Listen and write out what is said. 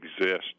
exist